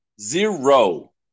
Zero